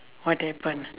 what happen